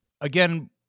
again